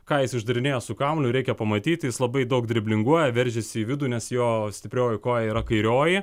ką jis išdarinėja su kaumuoliu reikia pamatyti labai daug driblinguoja veržiasi į vidų nes jo stiprioji koja yra kairioji